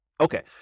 Okay